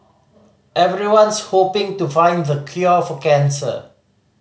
everyone's hoping to find the cure for cancer